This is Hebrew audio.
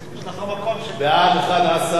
אני בעד ועדה למסוממים.